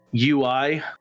UI